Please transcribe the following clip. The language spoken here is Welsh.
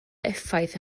effaith